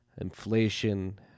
inflation